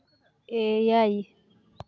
ᱮᱭᱟᱭ